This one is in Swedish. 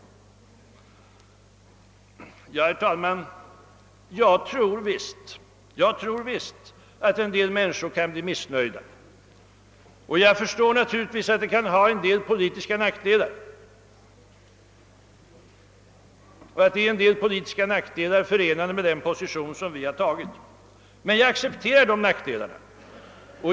Herr talman! Jag tror visst att en del människor kan bli missnöjda. Jag förstår naturligtvis också, att vår position kan vara förenad med en del politiska nackdelar. Men jag accepterar dessa nackdelar.